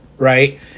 Right